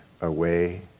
away